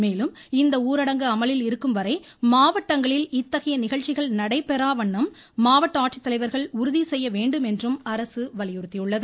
மேலும் இந்த ஊரடங்கு அமலில் இருக்கும் வரை மாவட்டங்களில் இத்தகைய நிகழ்ச்சிகள் நடைபெறா வண்ணம் மாவட்ட ஆட்சித்தலைவர்கள் உறுதி செய்ய வேண்டும் அரசு வலியுறுத்தியுள்ளது